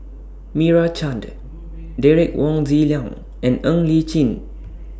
Meira Chand Derek Wong Zi Liang and Ng Li Chin